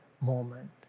moment